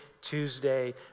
Tuesday